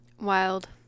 Wild